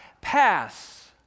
pass